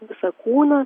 visą kūną